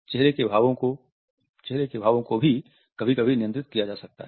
चेहरे के भावों को भी कभी कभी नियंत्रित किया जा सकता है